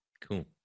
cool